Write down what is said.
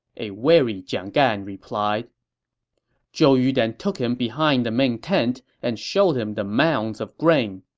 a wary jiang gan replied zhou yu then took him behind the main tent and showed him the mounds of grain.